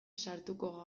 sartuko